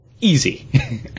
Easy